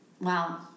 Wow